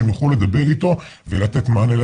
שהם ילכו לדבר איתו ולתת מענה.